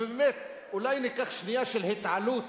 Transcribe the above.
ובאמת, אולי ניקח שנייה של התעלות